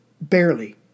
barely